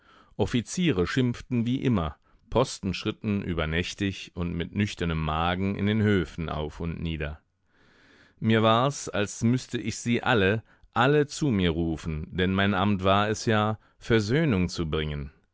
offiziere schimpften wie immer posten schritten übernächtig und mit nüchternem magen in den höfen auf und nieder mir war's als müßte ich sie alle alle zu mir rufen denn mein amt war es ja versöhnung zu bringen